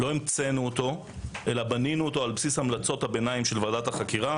לא המצאנו אותו אלא בנינו אותו על בסיס המלצות הביניים של ועדת החקירה.